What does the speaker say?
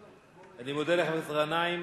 אני מודה לחבר הכנסת גנאים.